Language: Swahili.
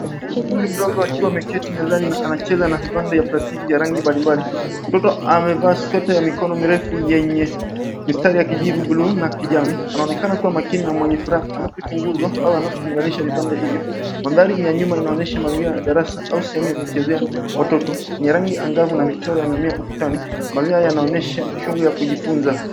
Mtoto mwenye umri mdogo akiwa ameketi mezani na anacheza na vipande vya plastiki vya rangi mbalimbali. Mtoto amevaa sweta ya mikono mirefu yenye mistari ya kijivu buluu na kijani. Anaonekana kuwa makini na mwenye furaha anapochunguza au anapochonganisha vipande hivyo. Mandhari yaliyo nyum ayanaonyesha ya darasa au sehemu ya k7chezea watoto. Ni ya rangi angavu na na michoro ya mimea ukutani. Maeneo yanaonyesha shughulibya kujifunza.